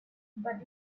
but